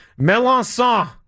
Melanson